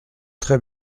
très